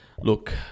Look